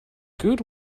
good